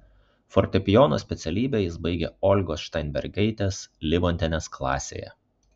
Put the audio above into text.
fortepijono specialybę jis baigė olgos šteinbergaitės livontienės klasėje